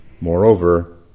Moreover